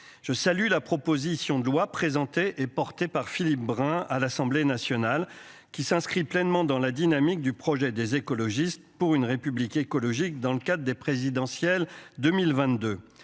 je salue la proposition de loi présentée et porté par Philippe Brun à l'Assemblée nationale qui s'inscrit pleinement dans la dynamique du projet des écologistes pour une république écologique dans le cadre des présidentielles 2022